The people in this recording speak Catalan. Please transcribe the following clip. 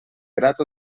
grat